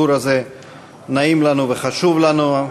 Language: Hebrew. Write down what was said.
הביקור הזה נעים לנו וחשוב לנו.